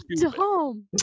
dumb